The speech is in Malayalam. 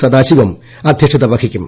സദാശിവം അദ്ധ്യക്ഷതവഹിക്കും